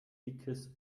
dickes